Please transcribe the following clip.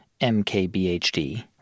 MKBHD